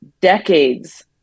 decades